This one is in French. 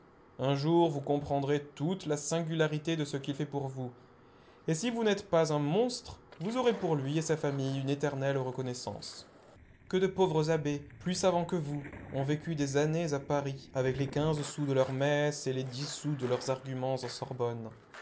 un jour vous comprendrez toute la singularité de ce qu'il fait pour vous et si vous n'êtes pas un monstre vous aurez pour lui et sa famille une éternelle reconnaissance que de pauvres abbés plus savants que vous ont vécu des années à paris avec les quinze sous de leur messe et les dix sous de leurs arguments en sorbonne